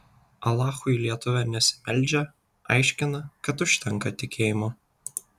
alachui lietuvė nesimeldžia aiškina kad užtenka tikėjimo